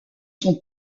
son